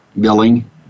billing